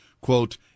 Quote